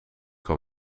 kan